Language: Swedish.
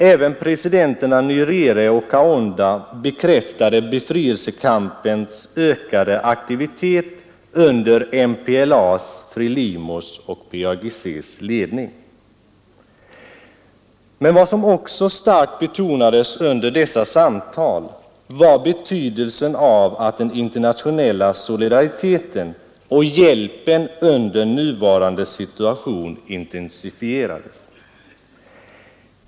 Även presidenterna Nyerere och Kaunda bekräftade befrielsekampens ökade aktivitet under MPLA:s, FRELIMO:s och PAIGC:s ledning. Men vad som också starkt betonades under dessa samtal var betydelsen av att den internationella solidariteten och hjälpen under nuvarande situation intensifierades.